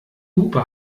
hupe